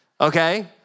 okay